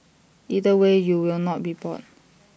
either way you will not be bored